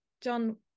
John